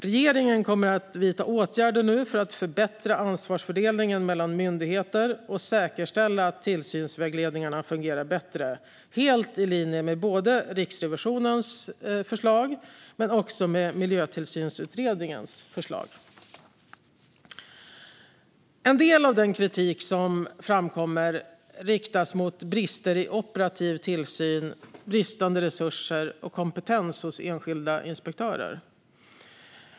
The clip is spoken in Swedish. Regeringen kommer att vidta åtgärder för att förbättra ansvarsfördelningen mellan myndigheter och säkerställa att tillsynsvägledningarna fungerar bättre, helt i linje med Riksrevisionens och Miljötillsynsutredningens förslag. En del av den kritik som framkommer riktas mot brister i operativ tillsyn, bristande resurser och bristande kompetens hos enskilda inspektörer.